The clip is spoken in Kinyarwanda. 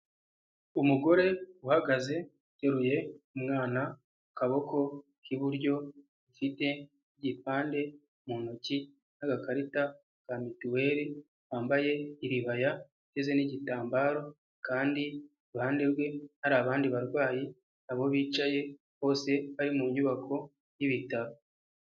Umugore uhagaze uteruye umwana akaboko k'iburyo, ufite igipande mu ntoki n'agakarita ka mituweli, wambaye iribaya ndetse n'igitambaro kandi iruhande rwe hari abandi barwayi na bo bicaye bose bari mu nyubako y'ibitaro.